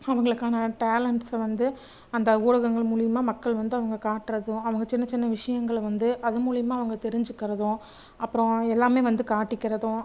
அவங்களுக்கான டேலண்ட்ஸை வந்து அந்த ஊடகங்கள் மூலியமாக மக்கள் வந்து அவங்க காட்டுறதும் அவங்க சின்ன சின்ன விஷயங்களை வந்து அது மூலியமாக அவங்க தெரிஞ்சுக்கிறதும் அப்புறம் எல்லாமே வந்து காட்டிக்கிறதும்